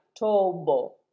Tobo